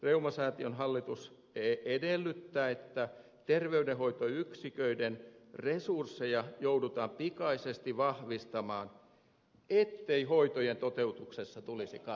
reumasäätiön hallitus edellyttää että terveydenhoitoyksiköiden resursseja joudutaan pikaisesti vahvistamaan ettei hoitojen toteutuksessa tulisi katkoja